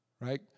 right